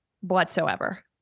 whatsoever